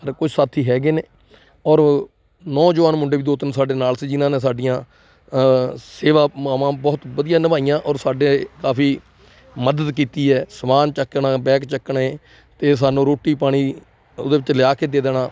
ਫਿਰ ਕੋਈ ਸਾਥੀ ਹੈਗੇ ਨੇ ਔਰ ਨੌਜਵਾਨ ਮੁੰਡੇ ਵੀ ਦੋ ਤਿੰਨ ਸਾਡੇ ਨਾਲ ਸੀ ਜਿਨ੍ਹਾਂ ਨੇ ਸਾਡੀਆਂ ਸੇਵਾਵਾਂ ਬਹੁਤ ਵਧੀਆ ਨਿਭਾਈਆਂ ਔਰ ਸਾਡੇ ਕਾਫ਼ੀ ਮਦਦ ਕੀਤੀ ਹੈ ਸਮਾਨ ਚੁੱਕਣਾ ਬੈਗ ਚੁੱਕਣੇ ਅਤੇ ਸਾਨੂੰ ਰੋਟੀ ਪਾਣੀ ਉਹਦੇ ਵਿੱਚ ਲਿਆਕੇ ਦੇ ਦੇਣਾ